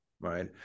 right